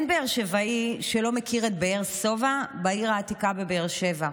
אין באר שבעי שלא מכיר את "באר שובע" בעיר העתיקה בבאר שבע,